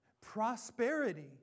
Prosperity